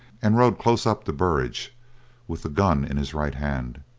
and rode close up to burridge with the gun in his right hand.